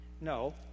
No